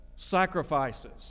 Sacrifices